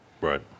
Right